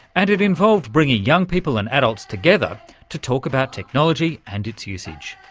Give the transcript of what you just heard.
and it involved bringing young people and adults together to talk about technology and its usage.